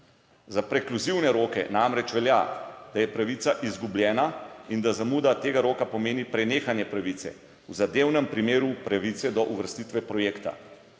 Za prekluzivne roke namreč velja, da je pravica izgubljena in da zamuda tega roka pomeni prenehanje pravice, v zadevnem primeru pravice do uvrstitve projekta.